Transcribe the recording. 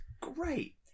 great